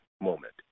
moment